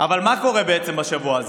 אבל מה קורה בעצם בשבוע הזה?